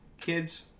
Kids